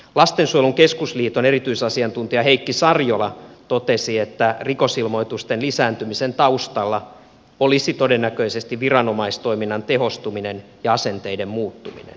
lastensuojelun keskusliiton erityisasiantuntija heikki sariola totesi että rikosilmoitusten lisääntymisen taustalla olisi todennäköisesti viranomaistoiminnan tehostuminen ja asenteiden muuttuminen